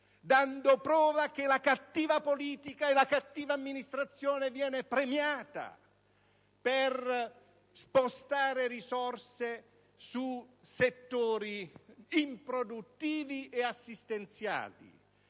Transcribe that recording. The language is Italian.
dando prova che la cattiva politica e la cattiva amministrazione vengono premiate per spostare risorse su settori improduttivi e assistenziati.